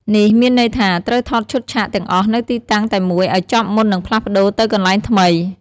នេះមានន័យថា ត្រូវថតឈុតឆាកទាំងអស់នៅទីតាំងតែមួយឱ្យចប់មុននឹងផ្លាស់ប្តូរទៅកន្លែងថ្មី។